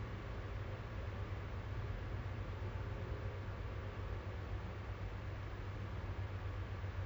right now pun !aiya! susah lah as long as I feel that kalau dapat kerja pun ambil jer lah eh